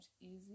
easy